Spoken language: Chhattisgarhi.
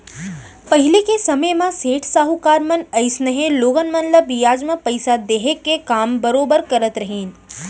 पहिली के समे म सेठ साहूकार मन अइसनहे लोगन मन ल बियाज म पइसा देहे के काम बरोबर करत रहिन